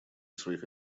своих